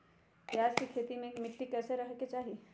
प्याज के खेती मे मिट्टी कैसन रहे के चाही?